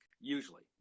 Usually